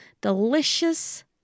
Delicious